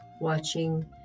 watching